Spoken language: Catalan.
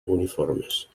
uniformes